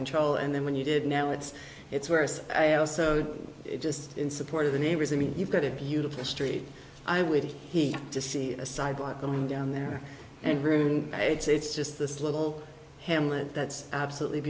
control and then when you did now it's it's worse i also do it just in support of the neighbors i mean you've got a beautiful street i would hate to see a sidewalk coming down there and roone it's just this little hamlet that's absolutely